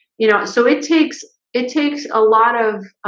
you know, so it takes it takes a lot of